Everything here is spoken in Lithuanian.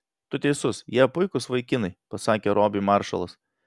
tu teisus jie puikūs vaikinai pasakė robiui maršalas